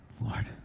Lord